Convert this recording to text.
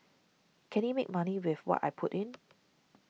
can it make money with what I put in